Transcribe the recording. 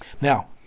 now